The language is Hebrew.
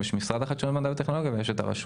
יש את משרד החדשנות והטכנולוגיה ויש את הרשות.